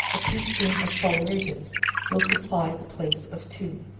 a tea-spoonful of salaeratus will supply the place of two.